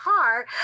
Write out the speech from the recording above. car